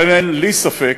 אבל אין לי ספק